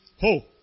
Ho